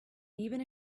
even